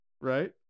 Right